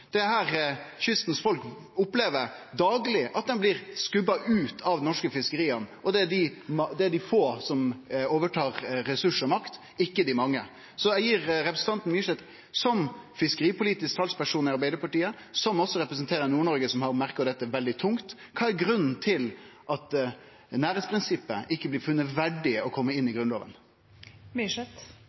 Det er her kystens folk dagleg opplever at dei blir skubba ut av dei norske fiskeria, og at det er dei få som overtar ressursar og makt – ikkje dei mange. Så eg vil gi representanten Myrseth, som er fiskeripolitisk talsperson i Arbeidarpartiet, og som representerer Nord-Noreg, som har merka dette veldig tungt, ei ny moglegheit til å svare: Kva er grunnen til at nærleiksprinsippet ikkje blir funne verdig å kome inn i